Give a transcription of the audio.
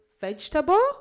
vegetable